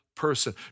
person